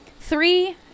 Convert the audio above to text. Three